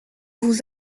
vous